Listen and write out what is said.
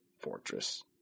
Fortress